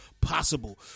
possible